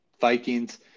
Vikings